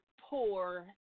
poor